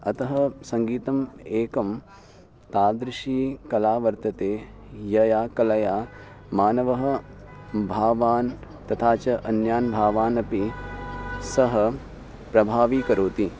अतः सङ्गीतम् एकं तादृशी कला वर्तते यया कलया मानवः भावान् तथा च अन्यान्भावान् अपि सह प्रभावीकरोति